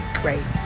great